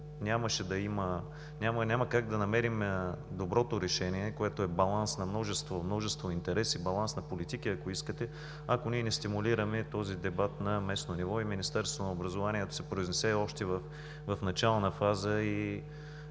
Няма как да намерим доброто решение, което е баланс на множество интереси, баланс на политики, ако искате, ако не стимулираме този дебат на местно ниво и Министерството на образованието и науката се произнесе още в начална фаза и